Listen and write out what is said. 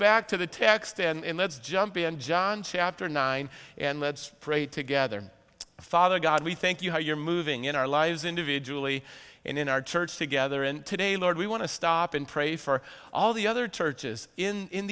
back to the text and let's jump in john chapter nine and let's pray together father god we thank you how you're moving in our lives individually and in our church together and today lord we want to stop and pray for all the other churches in